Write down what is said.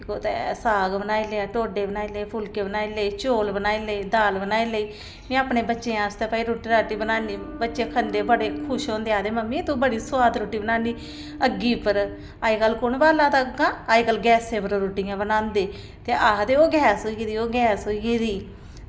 कुतै साग बनाई लैआ ढोड्डे बनाई ले फुलके बनाई ले चौल बनाई ले दाल बनाई लेई में अपने बच्चें आस्तै भई रुट्टी राट्टी बनान्नी बच्चे खंदे खुश होंदे आखदे मम्मी तूं बड़ी सुआद रुट्टी बनानी अग्गी पर अजकल्ल कु'न बाल्ला दा अग्गां अजकल्ल गैसें पर रुट्टियां बनांदे ते आखदे ओह् गैस होई गेदी ओह् गैस होई गेदी